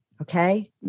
okay